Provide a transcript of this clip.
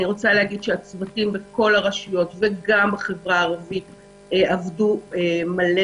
הצוותים בכל הרשויות וגם בחברה הערבית עבדו מלא.